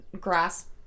grasp